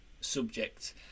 subject